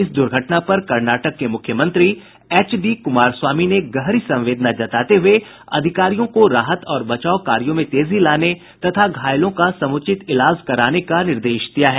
इस दुर्घटना पर कर्नाटक के मुख्यमंत्री एचडी कुमारस्वामी ने गहरी संवेदना जताते हुए अधिकारियों को राहत और बचाव कार्यों में तेजी लाने तथा घायलों का समुचित इलाज कराने का निर्देश दिया है